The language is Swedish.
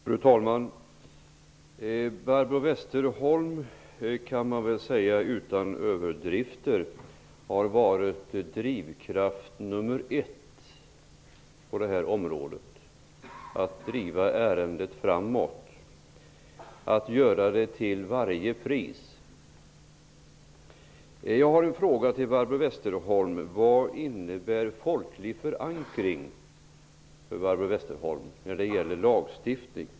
Fru talman! Barbro Westerholm har varit drivkraft nummer ett på detta område. Det kan man nog säga utan att överdriva. Hon driver ärendet framåt till varje pris. Jag har en fråga till Barbro Westerholm: Vad innebär folklig förankring för Barbro Westerholm när det gäller lagstiftning?